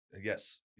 yes